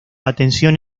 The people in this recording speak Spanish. atención